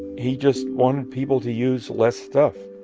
he just wanted people to use less stuff.